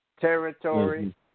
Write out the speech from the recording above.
territory